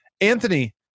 Anthony